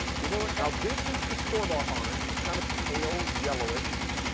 you know like now this is the store-bought orange. it's kind of pale yellowish,